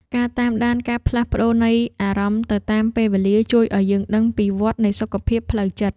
ការតាមដានការផ្លាស់ប្តូរនៃអារម្មណ៍ទៅតាមពេលវេលា ជួយឱ្យយើងដឹងពីវដ្តនៃសុខភាពផ្លូវចិត្ត។